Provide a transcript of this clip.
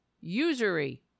Usury